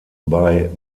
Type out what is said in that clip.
bei